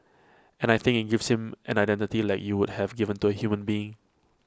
and I think IT gives him an identity like you would have given to A human being